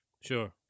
Sure